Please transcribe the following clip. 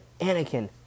Anakin